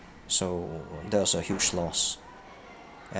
so that was a huge loss